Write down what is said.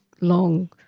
long